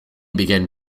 began